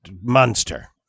monster